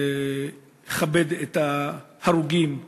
לכבד את ההרוגים.